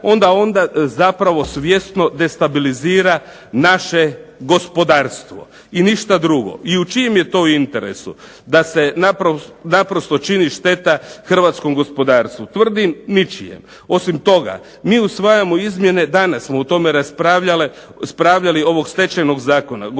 onda zapravo svjesno destabilizira naše gospodarstvo i ništa drugo. I u čijem je to interesu da se naprosto čini šteta hrvatskom gospodarstvu? Tvrdim ničijem. Osim toga, mi usvajamo izmjene, danas smo o tome raspravljali, ovog Stečajnog zakona, govorili